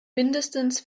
mindestens